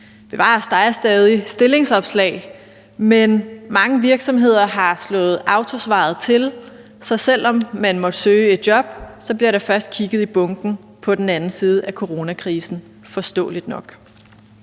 Bevares, der er stadig stillingsopslag, men mange virksomheder har slået autosvaret til, så selv om man måtte søge et job, bliver der først kigget i bunken af ansøgninger på den anden side af coronakrisen, forståeligt nok.